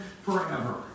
forever